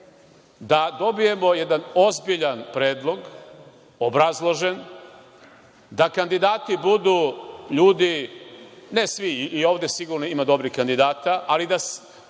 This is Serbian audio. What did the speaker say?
da dobijemo jedan ozbiljan predlog, obrazložen, da kandidati budu ljudi, ne svi, i ovde sigurno ima dobrih kandidata, ali da